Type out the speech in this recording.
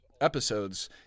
episodes